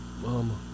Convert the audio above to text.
Mama